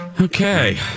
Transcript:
Okay